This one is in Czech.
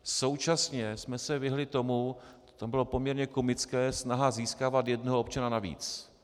Současně jsme se vyhnuli tomu to bylo poměrně komické, snaha získávat jednoho občana navíc.